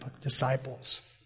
disciples